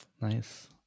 Nice